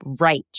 right